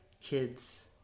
kids